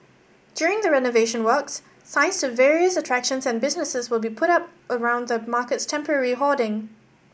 during the renovation works signs to various attractions and businesses will be put up around the market's temporary hoarding